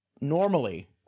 Normally